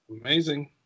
Amazing